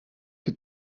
che